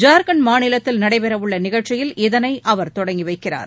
ஜார்க்கண்ட் மாநிலத்தில் நடைபெறவுள்ளநிகழ்ச்சியில் இதனைஅவர் தொடங்கிவைக்கிறார்